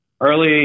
Early